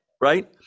right